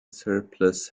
surplus